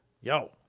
yo